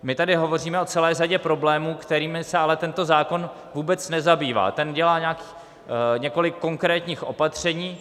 My tady hovoříme o celé řadě problémů, kterými se ale tento zákon vůbec nezabývá, ten dělá několik konkrétních opatření.